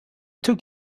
took